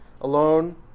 alone